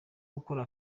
ukora